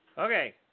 Okay